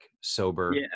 sober